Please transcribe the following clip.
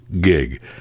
gig